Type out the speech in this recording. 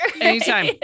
Anytime